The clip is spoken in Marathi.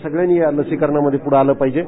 सगळ्यांनी या लसीकरणामधे प्ढे आलं पाहिजे